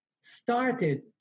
started